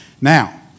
Now